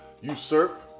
usurp